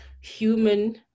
human